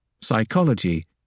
Psychology